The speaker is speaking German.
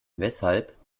weshalb